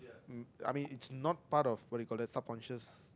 um I mean it's not part of what do you call that subconscious